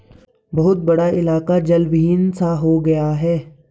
बहुत बड़ा इलाका जलविहीन सा हो गया है